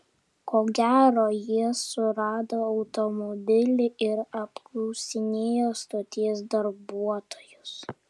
ko gero jie surado automobilį ir apklausinėjo stoties darbuotojus